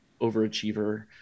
overachiever